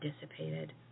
dissipated